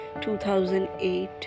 2008